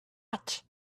that